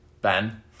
Ben